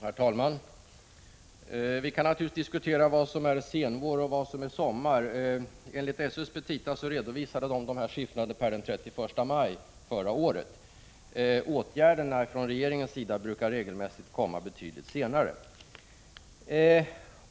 Herr talman! Vi kan naturligtvis diskutera vad som är senvår och vad som är sommar. Enligt SÖ:s petita redovisade man dessa siffror per den 31 maj förra året. Åtgärderna från regeringens sida brukar regelmässigt komma betydligt senare.